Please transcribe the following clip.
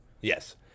Yes